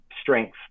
strength